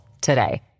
today